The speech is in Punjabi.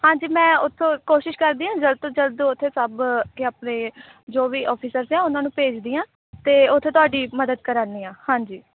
ਹਾਂਜੀ ਮੈਂ ਉੱਥੋਂ ਕੋਸ਼ਿਸ਼ ਕਰਦੀ ਹਾਂ ਜਲਦ ਤੋਂ ਜਲਦ ਤੋਂ ਉੱਥੇ ਸਭ ਕੇ ਆਪਣੇ ਜੋ ਵੀ ਔਫਿਸਰਜ਼ ਹੈ ਉਹਨਾਂ ਨੂੰ ਭੇਜਦੀ ਹਾਂ ਅਤੇ ਉੱਥੇ ਤੁਹਾਡੀ ਮਦਦ ਕਰਾਂਉਦੀ ਹਾਂ ਹਾਂਜੀ